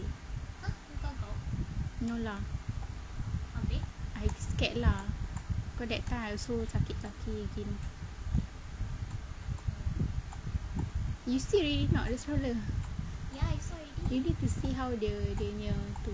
no lah I scared lah cause that time I also sakit kaki again you see already not the stroller you need to see how the dia nya tu